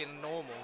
normal